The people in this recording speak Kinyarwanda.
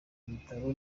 ibitaro